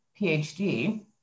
PhD